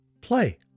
play